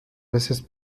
veces